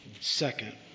second